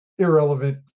irrelevant